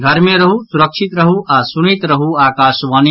घर मे रहू सुरक्षित रहू आ सुनैत रहू आकाशवाणी